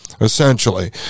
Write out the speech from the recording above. essentially